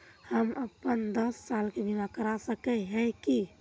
हम अपन दस साल के बीमा करा सके है की?